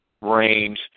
range